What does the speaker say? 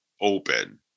open